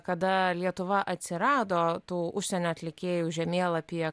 kada lietuva atsirado tų užsienio atlikėjų žemėlapyje